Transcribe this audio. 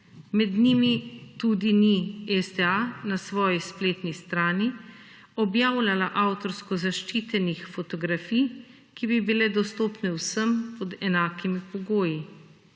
med njimi tudi ni STA na svoji spletni strani objavljala avtorsko zaščitenih fotografij, ki bi bile dostopne vsem pod enakimi pogoji.